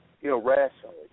irrationally